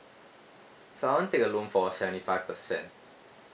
so I wanna take a loan for seventy five percent